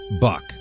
buck